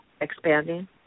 expanding